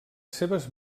seves